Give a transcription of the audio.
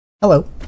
Hello